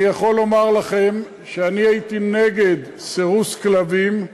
אני יכול לומר לכם שאני הייתי נגד סירוס כלבים.